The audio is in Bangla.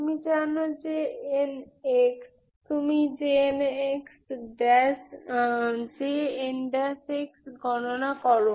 তুমি জানো Jn তুমি Jn গণনা করো